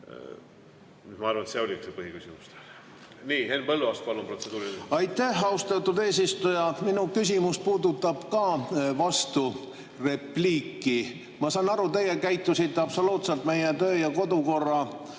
Ma arvan, et see oligi see teie põhiküsimus. Henn Põlluaas, palun, protseduuriline! Aitäh, austatud eesistuja! Minu küsimus puudutab ka vasturepliiki. Ma saan aru, et teie käitusite absoluutselt meie töö‑ ja kodukorra